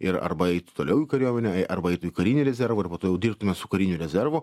ir arba eit toliau į kariuomenę a arba į karinį rezervą arba toliau dirbtume su kariniu rezervu